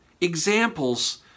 examples